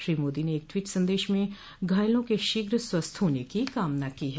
श्री मोदी ने एक ट्वीट संदेश में घायलों के शीघ्र स्वस्थ होने की कामना की है